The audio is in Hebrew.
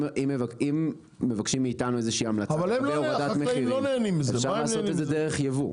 אם מבקשים מאיתנו איזו שהיא המלצה אז אפשר לעשות את זה דרך ייבוא,